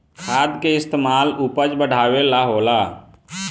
खाद के इस्तमाल उपज बढ़ावे ला होला